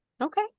Okay